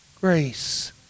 grace